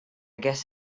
guess